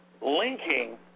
linking